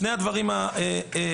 שני דברים אחרונים,